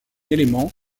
élément